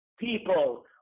People